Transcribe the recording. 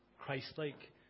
Christ-like